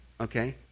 Okay